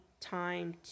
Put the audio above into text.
time